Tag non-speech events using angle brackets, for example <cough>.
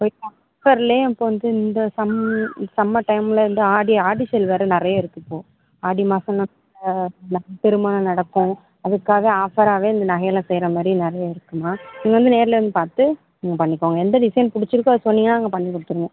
<unintelligible> இப்போ வந்து இந்த சம் சம்மர் டைம்மில் இந்த ஆடி ஆடி சேல் வேறு நிறைய இருக்கு இப்போ ஆடி மாதம் <unintelligible> திருமணம் நடக்கும் அதுக்காக ஆஃபராகவே இந்த நகையெல்லாம் செய்யற மாதிரி நிறைய இருக்கும்மா நீங்கள் வந்து நேரில் வந்து பார்த்து நீங்கள் பண்ணிக்கோங்க எந்த டிசைன் பிடிச்சிருக்கோ அதை சொன்னீங்கன்னா நாங்கள் பண்ணி கொடுத்துருவோம்